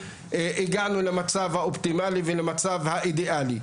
הגענו למצה האופטימלי ולמצב האידיאלי.